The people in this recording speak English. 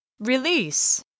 Release